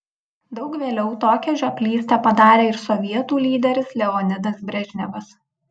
daug vėliau tokią žioplystę padarė ir sovietų lyderis leonidas brežnevas